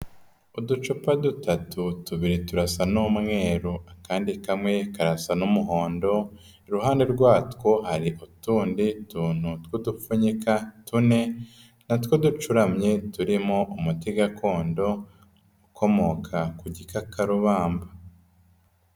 Uducupa dutatu tubiri turasa n'umweru akandi kamwe karasa n'umuhondo, iruhande rwatwo hari utundi tuntu tw'udupfunyika tune, na two ducuramye turimo umuti gakondo ukomoka ku gikakarubamba.